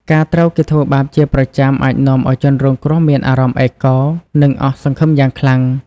ការត្រូវគេធ្វើបាបជាប្រចាំអាចនាំឲ្យជនរងគ្រោះមានអារម្មណ៍ឯកោ និងអស់សង្ឃឹមយ៉ាងខ្លាំង។